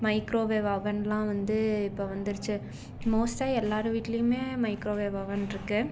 microwave அவன்லாம் வந்து இப்போ வந்துருச்சு மோஸ்ட்டா எல்லார் வீட்டிலையுமே மைக்ரோவேவ் அவன் இருக்குது